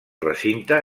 recinte